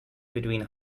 between